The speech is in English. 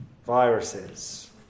Viruses